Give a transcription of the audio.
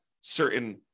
certain